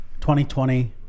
2020